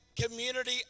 community